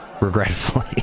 regretfully